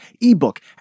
ebook